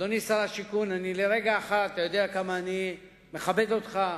אדוני שר השיכון, אתה יודע כמה אני מכבד אותך,